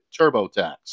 TurboTax